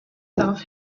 darauf